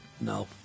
No